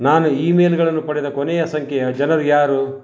ನಾನು ಇಮೇಲ್ಗಳನ್ನು ಪಡೆದ ಕೊನೆಯ ಸಂಖ್ಯೆಯ ಜನರು ಯಾರು